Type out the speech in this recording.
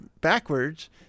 backwards